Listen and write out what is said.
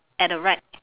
at the right